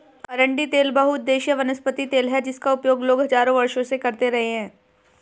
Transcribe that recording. अरंडी तेल बहुउद्देशीय वनस्पति तेल है जिसका उपयोग लोग हजारों वर्षों से करते रहे हैं